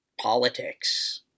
politics